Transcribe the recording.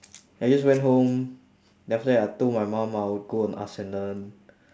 I just went home then after that I told my mum I would go on asknlearn